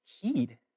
heed